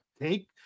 take –